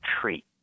treat